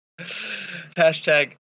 Hashtag